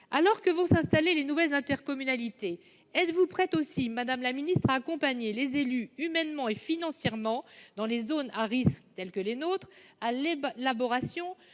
Alors que vont s'installer les nouvelles intercommunalités, êtes-vous prête à accompagner les élus, humainement et financièrement, dans des zones à risque telles que les nôtres pour l'élaboration